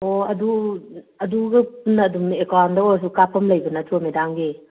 ꯑꯣ ꯑꯗꯨ ꯑꯗꯨꯗ ꯑꯗꯨꯝ ꯑꯦꯀꯥꯎꯟꯗ ꯑꯣꯏꯔꯁꯨ ꯀꯥꯞꯐꯝ ꯂꯩꯕ ꯅꯠꯇ꯭ꯔꯣ ꯃꯦꯗꯥꯝꯒꯤ